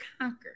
conquer